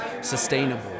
sustainable